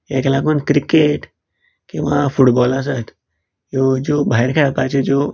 हेका लागून क्रिकेट किंवां फुटबॉल आसत ह्यो ज्यो भायर खेळपाच्यो ज्यो